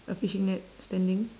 a fishing net standing